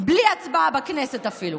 בלי הצבעה בכנסת אפילו.